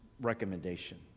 recommendation